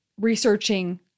researching